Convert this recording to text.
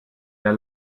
der